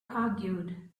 argued